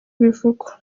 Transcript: bivugwa